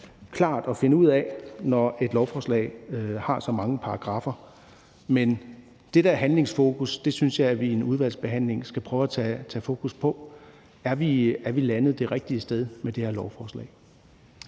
svært at finde klart ud af, når et lovforslag har så mange paragraffer. Men det, der er handlingsfokus, synes jeg vi i en udvalgsbehandling skal tage op og stille spørgsmålet: Er vi landet det rigtige sted med det her lovforslag?